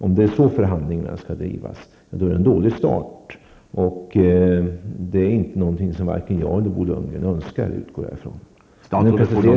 Om det är så förhandlingarna skall drivas, är det en dålig start, och jag utgår ifrån att det inte är något som vare sig Bo Lundgren eller jag önskar.